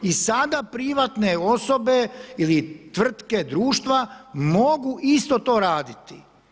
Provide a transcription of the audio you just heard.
I sada privatne osobe ili tvrtke društva mogu isto to raditi.